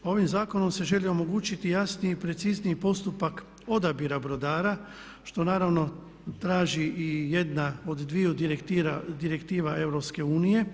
Ovim zakonom se želi omogućiti jasniji i precizniji postupak odabira brodara što naravno traži i jedna od dviju direktiva EU.